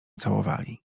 całowali